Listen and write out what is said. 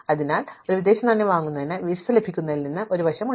അതിനാൽ ഒരു വിദേശനാണ്യം വാങ്ങുന്നതിന് വിസ ലഭിക്കുന്നതിൽ നിന്ന് ഒരു വശം ഉണ്ടാകും